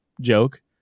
joke